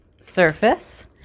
surface